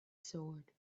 sword